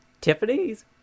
Tiffany's